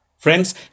Friends